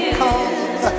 come